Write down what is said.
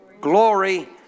glory